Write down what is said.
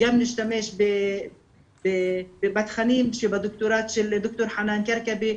גם נשתמש בתכנים שבדוקטורט של ד"ר חנאן כרכבי,